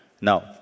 now